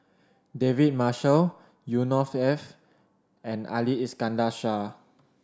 David Marshall Yusnor Ef and Ali Iskandar Shah